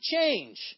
change